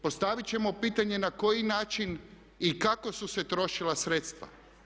Postavit ćemo pitanje na koji način i kako su se trošila sredstva.